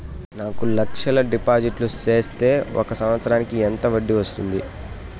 నాలుగు లక్షల డిపాజిట్లు సేస్తే ఒక సంవత్సరానికి ఎంత వడ్డీ వస్తుంది?